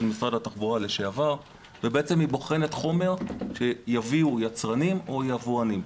משרד התחבורה לשעבר ובעצם היא בוחנת חומר שיביאו יצרנים או יבואנים.